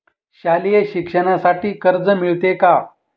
शालेय शिक्षणासाठी कर्ज मिळते का?